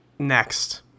Next